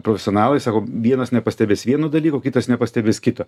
profesionalai sako vienas nepastebės vieno dalyko kitas nepastebės kito